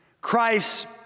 Christ